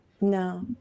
No